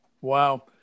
Wow